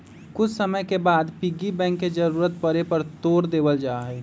कुछ समय के बाद पिग्गी बैंक के जरूरत पड़े पर तोड देवल जाहई